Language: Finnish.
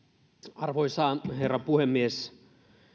arvoisa herra puhemies